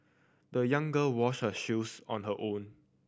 the young girl washed her shoes on her own